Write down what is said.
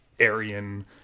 Aryan